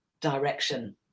direction